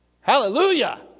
Hallelujah